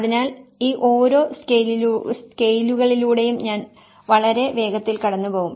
അതിനാൽ ഈ ഓരോ സ്കെയിലുകളിലൂടെയും ഞാൻ വളരെ വേഗത്തിൽ കടന്നുപോകും